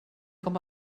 com